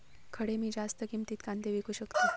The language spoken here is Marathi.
खडे मी जास्त किमतीत कांदे विकू शकतय?